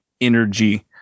energy